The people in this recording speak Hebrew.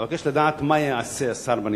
1. מה יעשה השר בנדון?